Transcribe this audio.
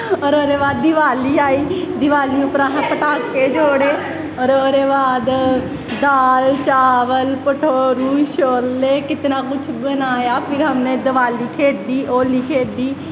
और ओह्दे बाद दिवाली आई दिवाली पर असें पटाके छोड़े और ओह्दे बाद दाल चावल भठोरू कितना कुछ बनाया फिर दिवाली खेढी होली खेढी